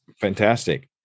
Fantastic